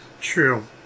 true